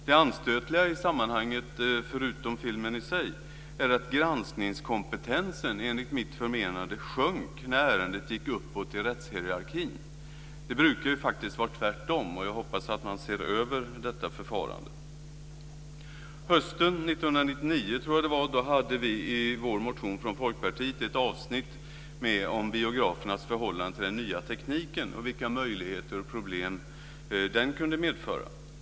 Det anstötliga i sammanhanget förutom filmen i sig är att granskningskompetensen enligt mitt förmenande sjönk när ärendet gick uppåt i rättshierarkin. Det brukar ju faktiskt vara tvärtom. Jag hoppas att man ser över detta förfarande. Hösten 1999, tror jag det var, hade vi i vår motion från Folkpartiet med ett avsnitt om biografernas förhållande till den nya tekniken och vilka möjligheter och problem den kunde medföra.